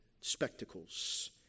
spectacles